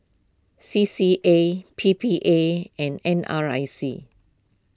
C C A P P A and N R I C